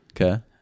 Okay